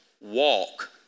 walk